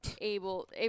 able